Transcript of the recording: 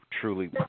truly